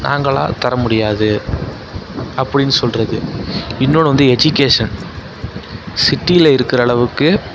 நாங்களாக தரமுடியாது அப்படின்னு சொல்கிறது இன்னொன்னு வந்து எஜிகேஷன் சிட்டியில் இருக்கிற அளவுக்கு